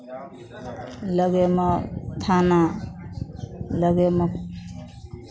लगेमे थाना लगेमे